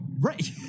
Right